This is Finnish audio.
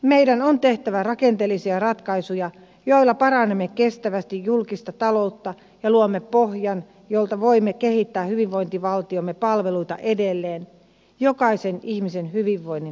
meidän on tehtävä rakenteellisia ratkaisuja joilla parannamme kestävästi julkista taloutta ja luomme pohjan jolta voimme kehittää hyvinvointivaltiomme palveluita edelleen jokaisen ihmisen hyvinvoinnin turvaamiseksi